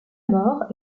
maur